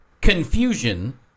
confusion